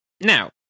Now